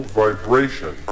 vibration